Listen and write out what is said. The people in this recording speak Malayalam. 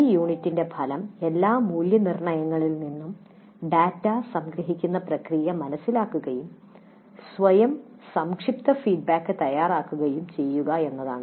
ഈ യൂണിറ്റിന്റെ ഫലം "എല്ലാ മൂല്യനിർണ്ണയങ്ങളിൽ നിന്നും ഡാറ്റ സംഗ്രഹിക്കുന്ന പ്രക്രിയ മനസിലാക്കുകയും സ്വയം സംക്ഷിപ്ത ഫീഡ്ബാക്ക് തയ്യാറാക്കുകയും ചെയ്യുക" എന്നതാണ്